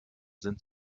sind